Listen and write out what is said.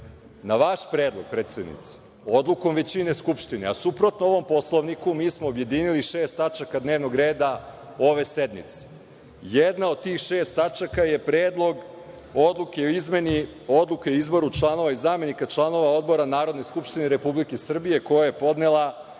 vaš predlog, predsednice, odlukom većine u Skupštini, a suprotno ovom Poslovniku, mi smo objedinili šest tačaka dnevnog reda ove sednice. Jedna od tih šest tačaka je Predlog odluke o izmeni Odluke o izboru članova i zamenika članova Odbora Narodne skupštine Republike Srbije, koji je podnela